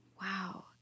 Wow